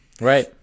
Right